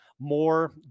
more